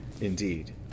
indeed